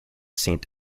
saint